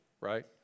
right